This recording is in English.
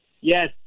Yes